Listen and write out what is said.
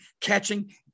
catching